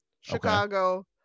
Chicago